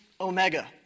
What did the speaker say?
Omega